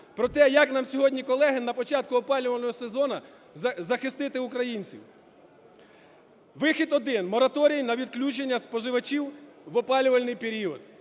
Проте, як нам сьогодні, колеги, на початку опалювального сезону захистити українців? Вихід один – мораторій на відключення споживачів в опалювальний період.